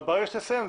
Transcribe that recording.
אבל ברגע שתסיים,